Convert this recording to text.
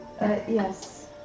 Yes